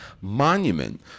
monument